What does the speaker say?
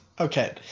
Okay